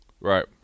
right